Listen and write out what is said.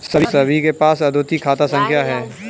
सभी के पास अद्वितीय खाता संख्या हैं